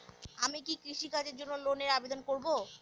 আমি কি কৃষিকাজের জন্য লোনের আবেদন করব?